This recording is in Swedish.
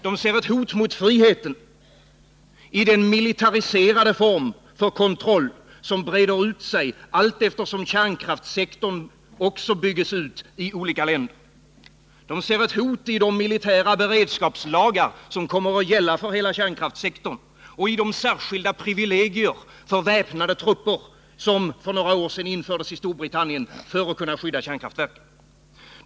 De ser ett hot mot friheten i den militariserade form för kontroll som breder ut sig allteftersom kärnkraftssektorn byggs ut i olika länder. De ser ett hot i de militära beredskapslagar som kommer att gälla för hela kärnkraftssektorn och i de särskilda privilegier för väpnade trupper som för några år sedan infördes i Storbritannien för att skydda kärnkraftverk.